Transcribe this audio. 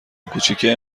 کوچیکه